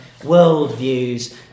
worldviews